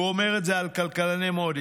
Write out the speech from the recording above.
הוא אומר את זה על כלכלני מודי'ס,